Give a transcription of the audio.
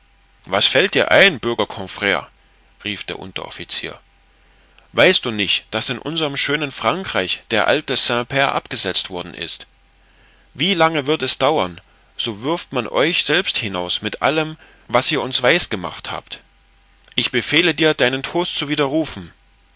was fällt dir ein bürger confrre rief der unteroffizier weißt du nicht daß in unserm schönen frankreich der alte saint pre abgesetzt worden ist wie lange wird es dauern so wirft man auch euch selbst hinaus mit allem was ihr uns weis gemacht habt ich befehle dir deinen toast zu widerrufen